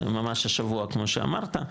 ממש השבוע, כמו שאמרת,